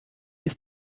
ist